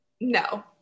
No